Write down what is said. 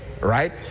right